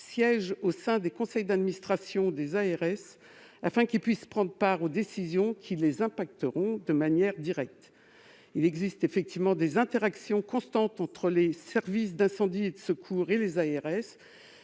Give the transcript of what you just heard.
siègent au sein des conseils d'administration des ARS, afin qu'ils puissent prendre part aux décisions qui les affecteront de manière directe. Il existe des interactions constantes entre les services d'incendie et de secours et les ARS.